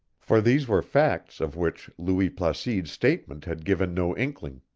for these were facts of which louis placide's statement had given no inkling.